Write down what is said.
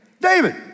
David